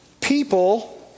people